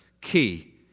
key